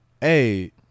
Hey